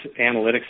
analytics